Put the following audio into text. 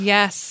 Yes